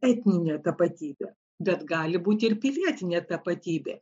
etninė tapatybė bet gali būti ir pilietinė tapatybė